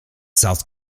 south